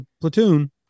platoon